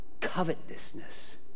Covetousness